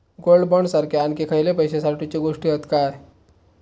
Gold bond सारखे आणखी खयले पैशे साठवूचे गोष्टी हत काय?